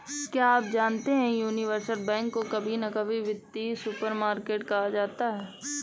क्या आप जानते है यूनिवर्सल बैंक को कभी कभी वित्तीय सुपरमार्केट कहा जाता है?